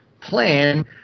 plan